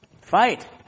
Fight